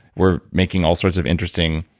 we're making all sorts of interesting